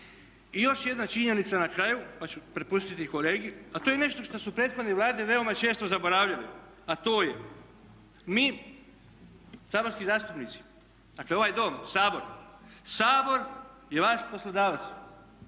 I još jedna činjenica na kraju, pa ću prepustiti kolegi, a to je i nešto što su prethodne Vlade veoma često zaboravile, a to je mi saborski zastupnici, dakle ovaj Dom, Sabor, Sabor je vaš poslodavac.